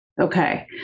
Okay